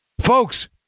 Folks